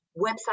website